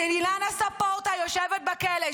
את אילנה ספורטה יושבת בכלא.